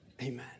Amen